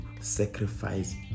sacrifice